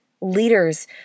Leaders